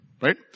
Right